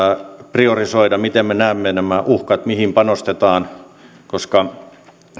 priorisoida miten me näemme nämä uhkat mihin panostetaan koska